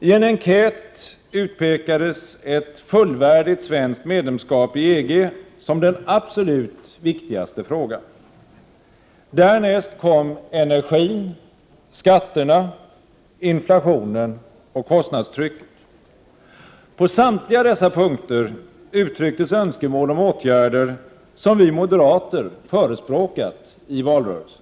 I en enkät utpekades ett fullvärdigt svenskt medlemskap i EG som den absolut viktigaste frågan. Därnäst kom energin, skatterna, inflationen och kostnadstrycket. På samtliga dessa punkter uttrycktes önskemål om åtgärder som vi moderater förespråkat i valrörelsen.